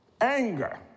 Anger